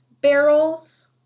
barrels